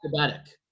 Acrobatic